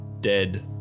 dead